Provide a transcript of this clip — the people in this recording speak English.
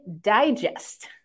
Digest